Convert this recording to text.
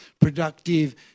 productive